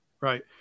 right